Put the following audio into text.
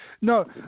no